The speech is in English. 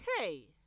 Okay